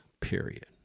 period